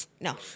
no